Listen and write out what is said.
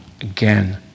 again